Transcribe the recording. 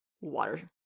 water